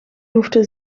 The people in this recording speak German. durfte